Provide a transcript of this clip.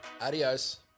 Adios